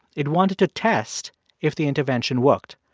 it wanted to test if the intervention worked.